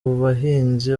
bahinzi